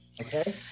Okay